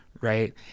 Right